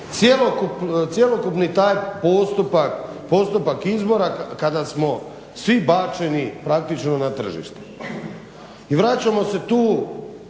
cjelokupni taj postupak izbora kada smo svi bačeni praktično na tržište. I vraćamo se tu